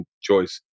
choice